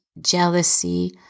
jealousy